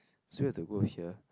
so you have to go here